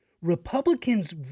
Republicans